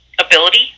ability